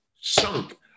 Sunk